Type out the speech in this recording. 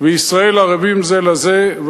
וישראל ערבים זה לזה,